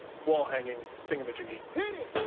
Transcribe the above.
wall-hanging thingamajiggy.